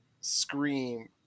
Scream